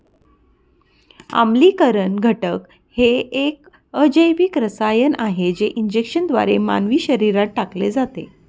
आम्लीकरण घटक हे एक अजैविक रसायन आहे जे इंजेक्शनद्वारे मानवी शरीरात टाकले जाते